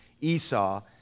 Esau